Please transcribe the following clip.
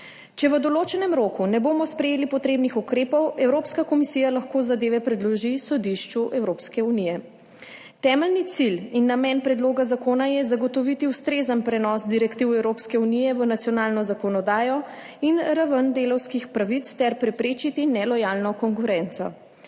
Če v določenem roku ne bomo sprejeli potrebnih ukrepov, Evropska komisija lahko zadeve predloži Sodišču Evropske unije. Temeljni cilj in namen predloga zakona je zagotoviti ustrezen prenos direktiv Evropske unije v nacionalno zakonodajo in na raven delavskih pravic ter preprečiti nelojalno konkurenco.